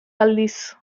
aldiz